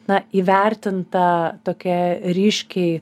na įvertinta tokia ryškiai